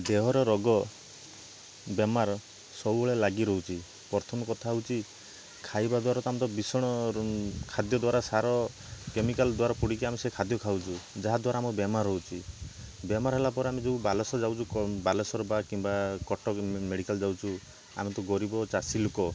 ଦେହର ରୋଗ ବେମାର ସବୁବେଳେ ଲାଗି ରହୁଛି ପ୍ରଥମ କଥା ହେଉଛି ଖାଇବାଦ୍ୱାରା ଭୀଷଣ ଖାଦ୍ୟ ଦ୍ଵାରା ସାର କେମିକାଲ୍ ଦ୍ଵାରା ପଡ଼ିକି ଆମେ ସେ ଖାଦ୍ୟ ଖାଉଛୁ ଯାହାଦ୍ୱାରା ଆମକୁ ବେମାର ହେଉଛି ବେମାର ହେଲାପରେ ଆମେ ଯୋଉ ବାଲେଶ୍ଵର ଯାଉଛୁ ବାଲେଶ୍ଵର ବା କିମ୍ବା କଟକ ମେଡ଼ିକାଲ୍ ଯାଉଛୁ ଆମେ ତ ଗରିବ ଚାଷୀ ଲୁକ